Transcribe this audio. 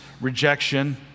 rejection